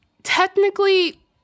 Technically